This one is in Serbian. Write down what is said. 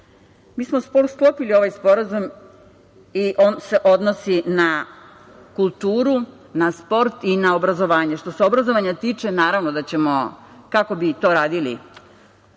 smo sklopili ovaj sporazum i on se odnosi na kulturu, na sport i na obrazovanje. Što se obrazovanja tiče, naravno da ćemo, kako bi to radili?